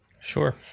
Sure